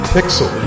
Pixel